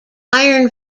iron